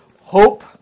Hope